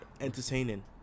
entertaining